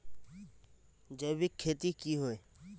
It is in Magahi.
जैविक खेती की होय?